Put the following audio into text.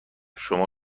شما